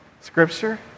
Scripture